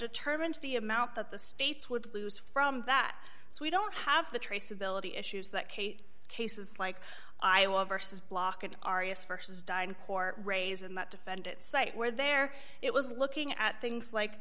determine the amount that the states would lose from that so we don't have the traceability issues that kate cases like iowa vs block and arias for says diane court raise in that defendant cite where there it was looking at things like